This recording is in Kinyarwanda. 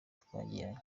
twagiranye